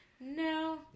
no